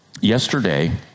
Yesterday